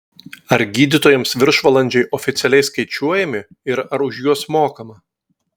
ar gydytojams viršvalandžiai oficialiai skaičiuojami ir ar už juos mokama